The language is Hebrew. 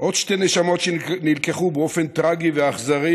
עוד שתי נשמות שנלקחו באופן טרגי ואכזרי,